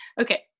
Okay